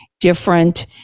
different